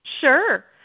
Sure